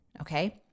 Okay